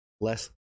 less